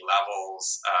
levels